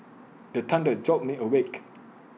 the thunder jolt me awake